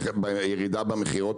הייתה ירידה במכירות,